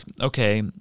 okay